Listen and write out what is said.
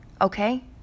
okay